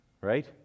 Right